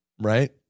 right